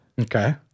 okay